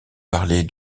parler